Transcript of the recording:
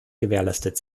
gewährleistet